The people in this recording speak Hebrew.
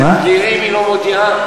זה פלילי אם היא לא מודיעה?